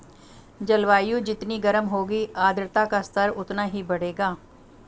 जलवायु जितनी गर्म होगी आर्द्रता का स्तर उतना ही बढ़ेगा